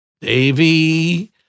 Davy